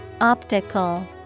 Optical